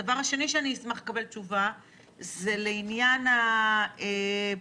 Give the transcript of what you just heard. דבר שני שאשמח לקבל תשובה זה לעניין הפרסום.